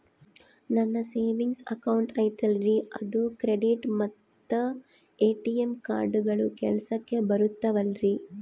ನನ್ನ savings account ಐತಲ್ರೇ ಅದು ಕ್ರೆಡಿಟ್ ಮತ್ತ ಎ.ಟಿ.ಎಂ ಕಾರ್ಡುಗಳು ಕೆಲಸಕ್ಕೆ ಬರುತ್ತಾವಲ್ರಿ?